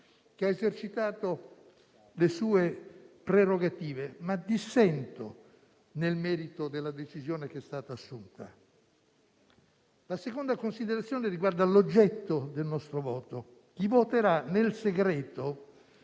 che ha esercitato le sue prerogative; ma dissento nel merito della decisione che è stata assunta. La seconda considerazione riguarda l'oggetto del nostro voto. Chi voterà nel segreto